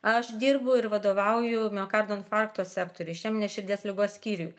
aš dirbu ir vadovauju miokardo infarkto sektoriui išeminės širdies ligos skyriui